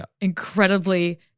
incredibly